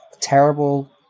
terrible